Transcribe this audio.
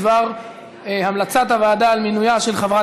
בדבר המלצת הוועדה על מינויה של חברת